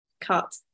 cut